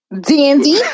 Dandy